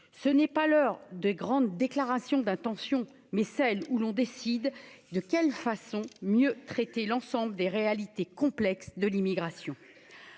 ce n'est pas l'heure de grandes déclarations d'intentions mais celle où l'on décide de quelle façon mieux traiter l'ensemble des réalités complexes de l'immigration,